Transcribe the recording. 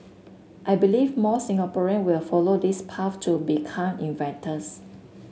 I believe more Singaporean will follow this path to become inventors